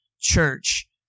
church